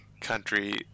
country